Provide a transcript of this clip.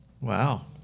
Wow